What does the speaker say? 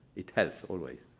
it helps always.